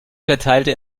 verteilte